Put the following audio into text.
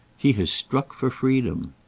he has struck for freedom.